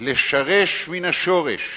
לעקור מן השורש